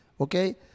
okay